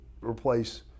replace